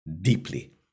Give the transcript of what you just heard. deeply